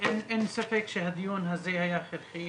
אין ספק שהדיון הזה היה הכרחי